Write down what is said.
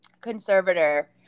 conservator